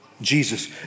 Jesus